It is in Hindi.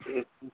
जी